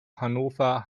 hannover